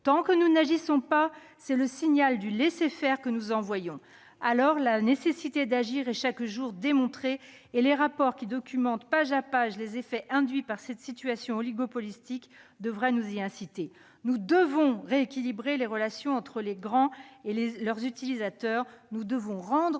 Tant que nous n'agissons pas, c'est un signal de laisser-faire que nous envoyons, alors que la nécessité d'agir est chaque jour démontrée- et les rapports qui documentent page après page les effets induits par cette situation oligopolistique devraient nous y inciter ! Nous devons rééquilibrer les relations entre les grands d'internet et les utilisateurs